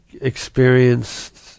experienced